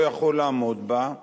לא יכול לעמוד בה,